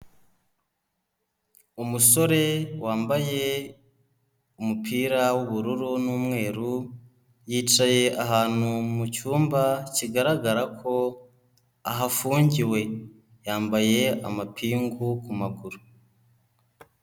Umusore wambaye umupira w'ubururu n'umweru, yicaye ahantu mu cyumba kigaragara ko ahafungiwe, yambaye amapingu ku maguru.